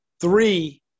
three